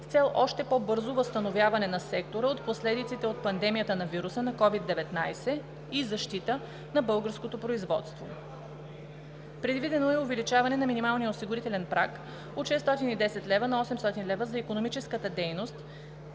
с цел още по-бързо възстановяване на сектора от последиците от пандемията на вируса на COVID-19 и защита на българското производство. Предвидено е и увеличаване на минималния осигурителен праг от 610 лв. на 800 лв. за икономическата дейност